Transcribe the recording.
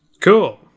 cool